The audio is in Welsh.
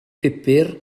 pupur